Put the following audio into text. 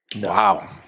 Wow